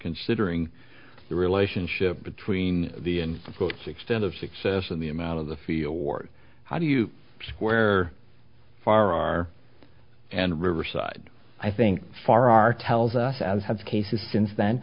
considering the relationship between the folks extent of success and the amount of the fee or how do you square far and riverside i think for our tells us as have the cases since then